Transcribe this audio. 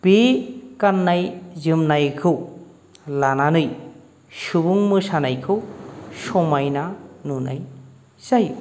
बे गाननाय जोमनायखौ लानानै सुबुं मोसानायखौ समायना नुनाय जायो